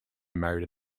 married